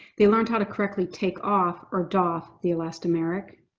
they learned how to correctly take off or doff the elastomeric.